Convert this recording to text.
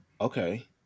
Okay